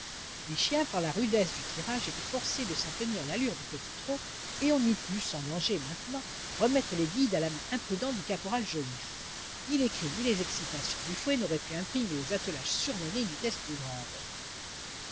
les chiens par la rudesse du tirage étaient forcés de s'en tenir à l'allure du petit trot et on eût pu sans danger maintenant remettre les guides à la main imprudente du caporal joliffe ni ses cris ni les excitations du fouet n'auraient pu imprimer aux attelages surmenés une vitesse plus grande